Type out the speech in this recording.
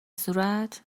صورت